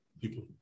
people